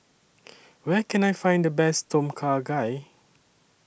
Where Can I Find The Best Tom Kha Gai